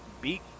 beat